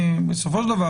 בסופו של דבר,